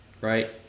Right